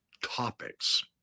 topics